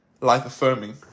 life-affirming